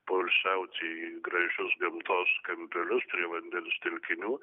poilsiauti į gražius gamtos kampelius prie vandens telkinių